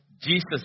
Jesus